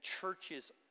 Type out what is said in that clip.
churches